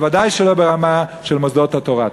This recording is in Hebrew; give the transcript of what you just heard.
ודאי שלא ברמה של מוסדות התורה.